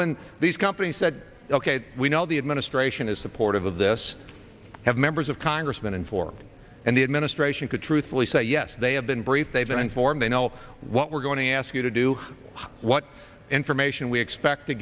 when these companies said ok we know the administration is supportive of this have members of congress been informed and the administration could truthfully say yes they have been briefed they've been informed they know what we're going to ask you to do what information we expect to